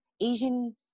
Asian